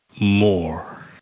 more